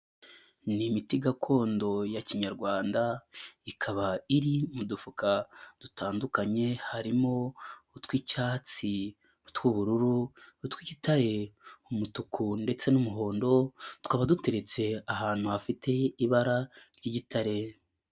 Ni imiti gakondo ya kinyarwanda ikaba iri mu dufuka dutandukanye harimo, utw'icyatsi, utw'ubururu, utw'igitare, umutuku ndetse n'umuhondo, tukaba duteretse ahantu hafite ibara ry'igitare.